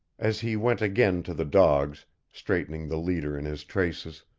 as he went again to the dogs, straightening the leader in his traces,